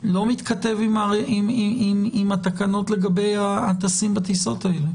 לא מתכתב עם התקנות לגבי הטסים בטיסות האלה.